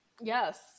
Yes